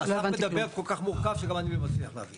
גם אני לא הצלחתי להבין,